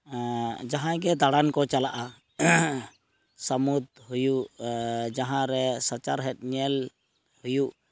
ᱡᱟᱦᱟᱸᱭ ᱜᱮ ᱫᱟᱬᱟᱱ ᱠᱚ ᱪᱟᱞᱟᱜᱼᱟ ᱥᱟᱢᱩᱫ ᱦᱩᱭᱩᱜ ᱡᱟᱦᱟᱸᱨᱮ ᱥᱟᱪᱟᱨᱦᱮᱫ ᱧᱮᱞ ᱦᱩᱭᱩᱜ